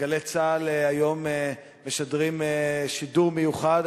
"גלי צה"ל" היום משדרים שידור מיוחד,